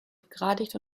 begradigt